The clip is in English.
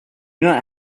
not